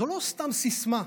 זה לא סתם סיסמה.